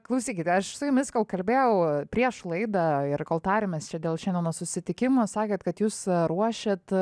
klausykite aš su jumis kol kalbėjau prieš laidą ir kol tarėmės čia dėl šiandienos susitikimo sakėt kad jūs ruošiat